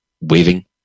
waving